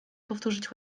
powtórzyć